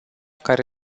care